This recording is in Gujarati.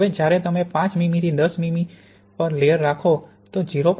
હવે જ્યારે તમે 5 મીમી થી 10 મીમી પર લેયર રાખો તો 0